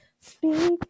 speak